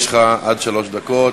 יש לך עד שלוש דקות.